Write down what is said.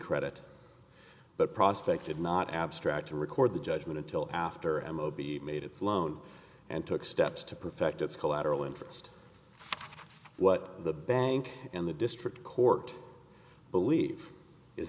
credit but prospect did not abstract to record the judgment until after m o b made its loan and took steps to perfect its collateral interest what the bank and the district court believe is